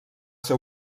ser